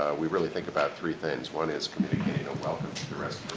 we really think about three things one is communicating a welcome to the rest